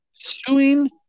suing